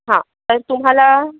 हं तर तुम्हाला